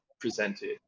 presented